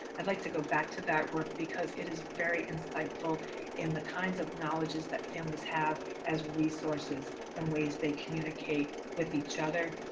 i'd like to go back to that work, because it is very insightful in the kinds of knowledges that families have as resources and ways they communicate with each other.